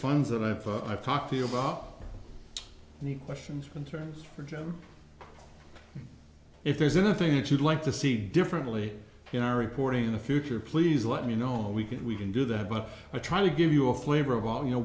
funds that i've i've talked to you about any questions for interest for jim if there's anything that you'd like to see differently in our reporting in the future please let me know and we can we can do that but we're trying to give you a flavor of all you know